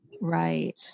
Right